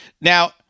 Now